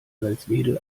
salzwedel